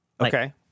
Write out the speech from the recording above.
Okay